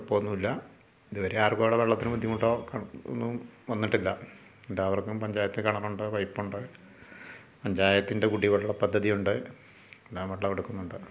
കുഴപ്പമൊന്നുമില്ല ഇതു വരെ ആർക്കും അവിടെ വെള്ളത്തിന് ബുദ്ധിമുട്ടോ ഒന്നും വന്നിട്ടില്ല എല്ലാവർക്കും പഞ്ചായത്ത് കിണറുണ്ട് പൈപ്പുണ്ട് പഞ്ചായത്തിൻ്റെ കുടിവെള്ള പദ്ധ്യതിയുണ്ട് എല്ലാ വെള്ളമെടുക്കുന്നുണ്ട്